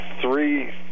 three